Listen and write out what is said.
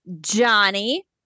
Johnny